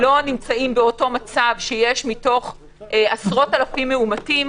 אנחנו לא נמצאים באותו מצב בו מתוך עשרות אלפים מאומתים